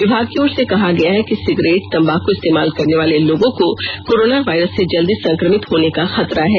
विभाग की ओर से कहा गया है कि सिगरेट तंबाकू इस्तेमाल करने वाले लोगों को कोरोना वायरस से जल्दी संक्रमित होने का खतरा है